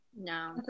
no